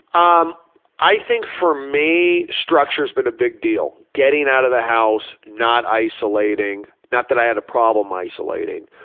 um i think for me structure's been a big deal, getting out of the house, house, not isolating, not that i had a problem isolating,